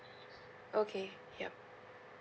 okay yup